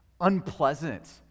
unpleasant